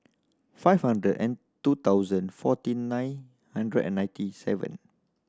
five hundred and two thousand forty nine hundred and ninety seven